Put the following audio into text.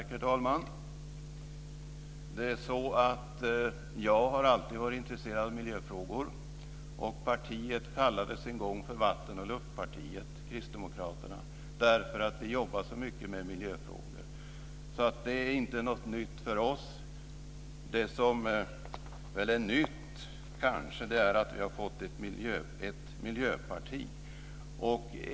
Herr talman! Jag har alltid varit intresserad av miljöfrågor. Partiet kallades en gång för Vatten och luftpartiet kristdemokraterna därför att vi jobbade så mycket med miljöfrågor. Det är inte något nytt för oss. Det som är nytt är att vi har fått ett miljöparti.